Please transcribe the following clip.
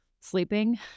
sleeping